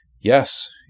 Yes